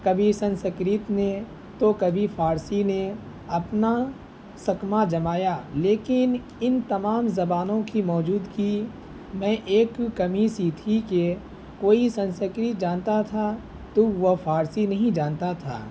کبھی سنسکرت نے تو کبھی فارسی نے اپنا سکہ جمایا لیکن ان تمام زبانوں کی موجودگی میں ایک کمی سی تھی کہ کوئی سنسکرت جانتا تھا تو وہ فارسی نہیں جانتا تھا